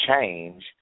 change